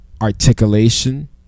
Articulation